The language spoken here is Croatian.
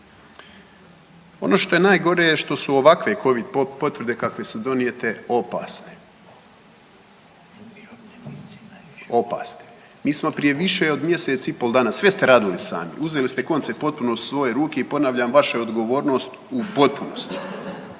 Ono što je najgore što su ovakve Covid potvrde kakve su donijete opasne. Opasne. Mi smo prije više od mjesec i pol dana, sve ste radili sami, uzeli konce potpuno u svoje ruke i ponavljam vaša je odgovornost u potpunosti.